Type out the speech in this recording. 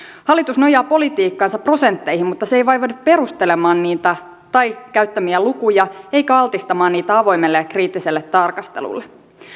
hallitus nojaa politiikkaansa prosentteihin mutta se ei vaivaudu perustelemaan niitä tai käyttämiään lukuja eikä altistamaan niitä avoimelle ja kriittiselle tarkastelulle